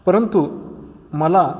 परंतु मला